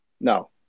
No